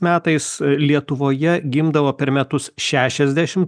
metais lietuvoje gimdavo per metus šešiasdešim